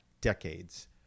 decades